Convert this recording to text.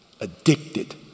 Addicted